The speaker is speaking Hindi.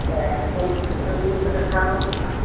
अच्छा कौन सा कलर ब्ल्यू कलर का होगा